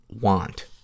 want